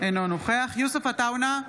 אינו נוכח יוסף עטאונה,